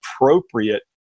appropriate